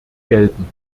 gelten